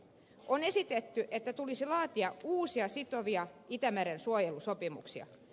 on esitetty että tulisi laatia uusia sitovia itämeren suojelusopimuksia